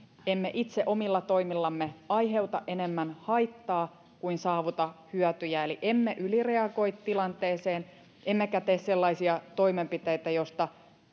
emme itse omilla toimillamme aiheuta enemmän haittaa kuin saavuta hyötyjä eli emme ylireagoi tilanteeseen emmekä tee sellaisia toimenpiteitä joista